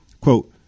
Quote